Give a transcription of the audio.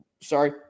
Sorry